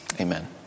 Amen